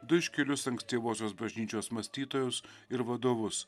du iškilius ankstyvosios bažnyčios mąstytojus ir vadovus